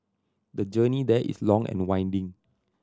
the journey there is long and winding